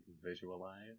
visualize